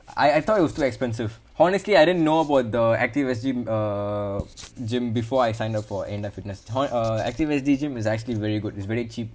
I I thought it was too expensive honestly I didn't know about the active S_G uh gym before I sign up for anytime fitness how uh active S_G gym is actually very good it's very cheap